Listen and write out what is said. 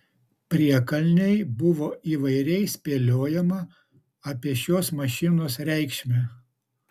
priekalnėj buvo įvairiai spėliojama apie šios mašinos reikšmę